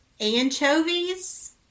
anchovies